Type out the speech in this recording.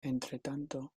entretanto